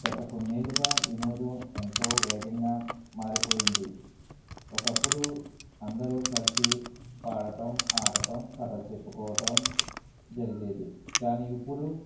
గత కొన్నేళ్ళుగా వినోదం ఎంతో వేగంగా మారిపోయింది ఒకప్పుడు అందరూ కలిసి పాడటం ఆడటం కథలు చెప్పుకోవటం జరిగేది కానీ ఇప్పుడు